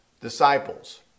disciples